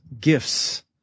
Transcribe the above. gifts